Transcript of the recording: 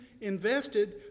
invested